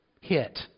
hit